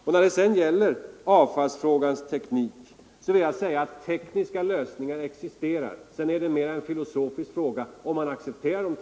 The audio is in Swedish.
Vad sedan gäller avfallsfrågans rent tekniska sida vill jag påstå att det faktiskt existerar tekniska lösningar, och sedan är det mera en filosofisk fråga om man accepterar dem.